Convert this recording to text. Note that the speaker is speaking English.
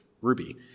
Ruby